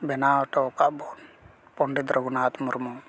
ᱵᱮᱱᱟᱣ ᱴᱚ ᱠᱟᱜ ᱵᱚᱱ ᱯᱚᱸᱰᱤᱛ ᱨᱟᱹᱜᱷᱩᱱᱟᱛᱷ ᱢᱩᱨᱢᱩ